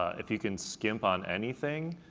ah if you can skimp on anything,